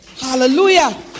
Hallelujah